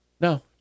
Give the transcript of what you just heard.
No